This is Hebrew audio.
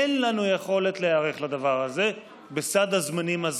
אין לנו יכולת להיערך לדבר הזה בסד הזמנים הזה.